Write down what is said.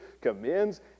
commends